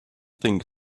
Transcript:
think